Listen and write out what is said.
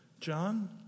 John